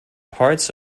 parts